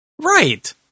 Right